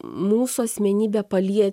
mūsų asmenybę palie